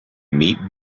meet